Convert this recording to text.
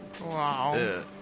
wow